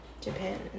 Japan